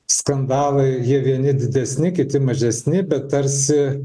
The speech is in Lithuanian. skandalai jie vieni didesni kiti mažesni bet tarsi